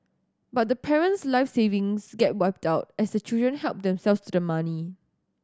but the parent's life savings get wiped out as the children help themselves to the money